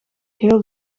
heel